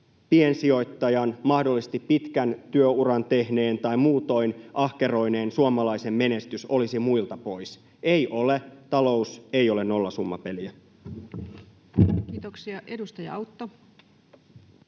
piensijoittajan, mahdollisesti pitkän työuran tehneen tai muutoin ahkeroineen suomalaisen — menestys olisi muilta pois. Ei ole. Talous ei ole nollasummapeliä. Kiitoksia. — Edustaja Autto.